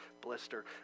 blister